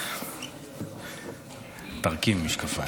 תרכיב משקפיים.